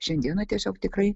šiandieną tiesiog tikrai